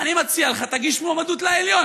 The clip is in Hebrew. אני מציע לך, תגיש מועמדות לעליון.